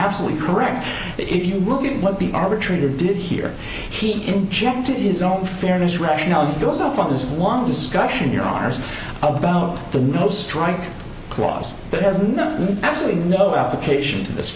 absolutely correct if you look at what the arbitrator did here he injected his own fairness rationality goes off on this long discussion your arse about the no strike clause that has no absolutely no application to this